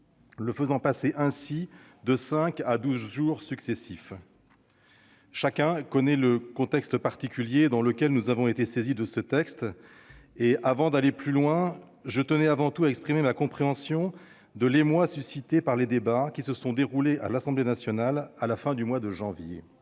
le faisant passer de cinq à douze jours successifs. Chacun connaît le contexte particulier dans lequel nous avons été saisis de ce texte. Avant d'aller plus loin, je tenais avant tout à exprimer ma compréhension de l'émoi suscité par les débats qui se sont déroulés à l'Assemblée nationale à la fin du mois de janvier